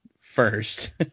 first